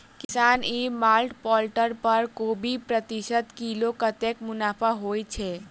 किसान e mart portal पर कोबी प्रति किलो कतै मुनाफा होइ छै?